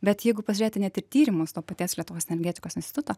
bet jeigu pasižiūrėti ne tik tyrimus to paties lietuvos energetikos instituto